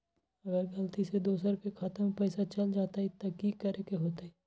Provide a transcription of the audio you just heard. अगर गलती से दोसर के खाता में पैसा चल जताय त की करे के होतय?